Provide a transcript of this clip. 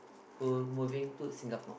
who moving to Singapore